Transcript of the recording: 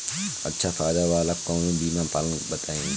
अच्छा फायदा वाला कवनो बीमा पलान बताईं?